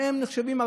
שהם נחשבים,